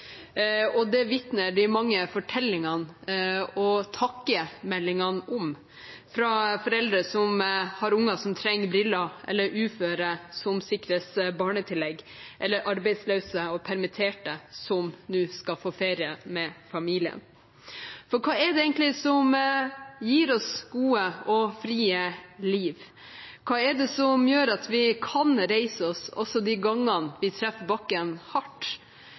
uføre som sikres barnetillegg, eller fra arbeidsløse og permitterte som nå skal få ferie med familien. For hva er det egentlig som gir oss gode og frie liv? Hva er det som gjør at vi kan reise oss også de gangene vi treffer bakken hardt?